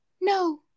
no